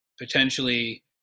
potentially